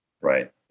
Right